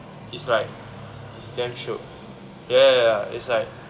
it's like it's damn shiok ya ya ya it's like